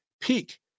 peak